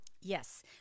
Yes